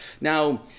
Now